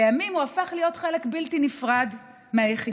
לימים הוא הפך להיות חלק בלתי נפרד מהיחידה.